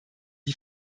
die